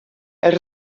els